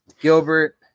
Gilbert